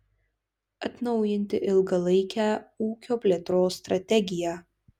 atnaujinti ilgalaikę ūkio plėtros strategiją